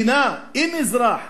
במדינה, אם אזרח